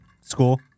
School